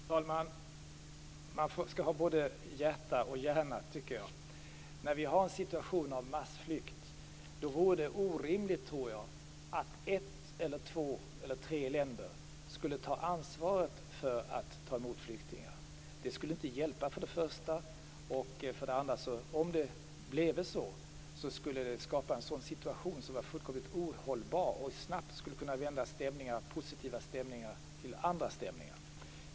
Fru talman! Man skall ha både hjärta och hjärna, tycker jag. När vi har en situation med massflykt vore det orimligt, tror jag, att ett eller två eller tre länder skulle ta ansvaret för att ta emot flyktingar. Det skulle för det första inte hjälpa. För det andra skulle det, om det blev så, skapa en fullständigt ohållbar situation som snabbt skulle kunna vända de positiva stämningarna så att det blev andra stämningar.